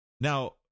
now